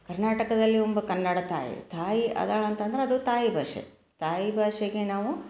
ಕರ್ನಾಟಕದಲ್ಲಿ ಒಬ್ಬ ಕನ್ನಡ ತಾಯಿ ತಾಯಿ ಅದಾಳೆ ಅಂತಂದ್ರೆ ಅದು ತಾಯಿಭಾಷೆ ತಾಯಿಭಾಷೆಗೆ ನಾವು